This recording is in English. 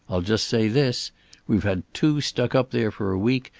i'll just say this we've had two stuck up there for a week,